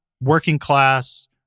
working-class